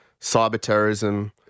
Cyberterrorism